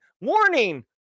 warning